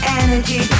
energy